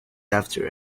after